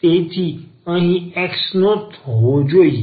તેથી અહીં x ન હોવો જોઈએ